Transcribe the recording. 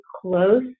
close